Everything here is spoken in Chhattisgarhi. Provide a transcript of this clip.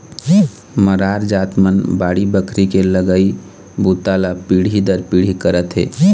मरार जात मन बाड़ी बखरी के लगई बूता ल पीढ़ी दर पीढ़ी करत हे